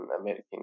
American